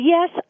Yes